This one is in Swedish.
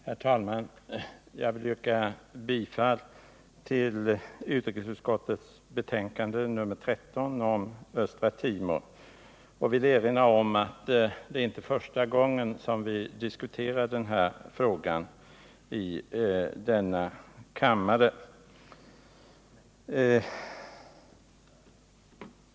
Herr talman! Jag vill yrka bifall till utrikesutskottets hemställan i betänkandet nr 13 om Östra Timor. Låt mig erinra om att det inte är första gången vi diskuterar den här frågan i denna kammare.